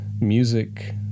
music